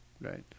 right